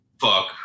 Fuck